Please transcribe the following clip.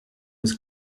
was